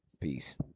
Peace